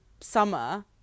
summer